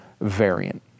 Variant